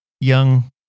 young